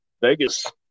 vegas